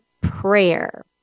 prayer